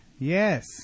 Yes